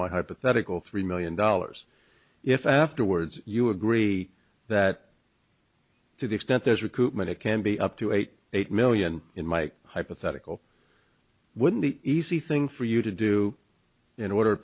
my hypothetical three million dollars if afterwards you agree that to the extent there's recoupment it can be up to eight eight million in my hypothetical wouldn't the easy thing for you to do in order